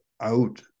out